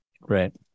Right